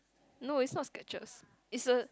no it's not Skechers it's a